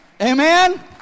amen